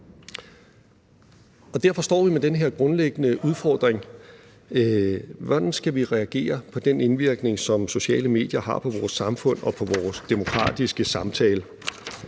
Derfor står vi med den her grundlæggende udfordring: Hvordan skal vi reagere på den indvirkning, som sociale medier her på vores samfund og på vores demokratiske samtale?